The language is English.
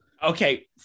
okay